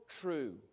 true